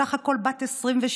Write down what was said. בסך הכול בת 22,